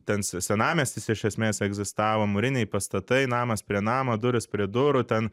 ten senamiestis iš esmės egzistavo mūriniai pastatai namas prie namo durys prie durų ten